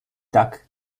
duck